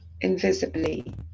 invisibly